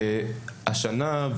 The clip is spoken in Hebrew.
השנה,